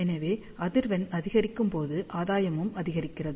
எனவே அதிர்வெண் அதிகரிக்கும் போது ஆதாயமும் அதிகரிக்கிறது